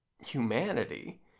humanity